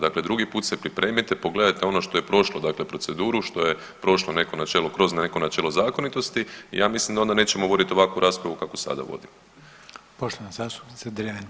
Dakle, drugi put se pripremite, pogledajte ono što je prošlo dakle proceduru, što je prošlo neko načelo, kroz neko načelo zakonitosti i ja mislim da onda nećemo voditi ovakvu raspravu kakvu sada vodimo.